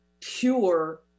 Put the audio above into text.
pure